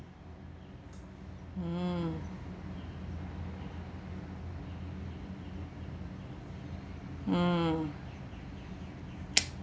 mm mm